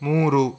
ಮೂರು